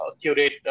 curate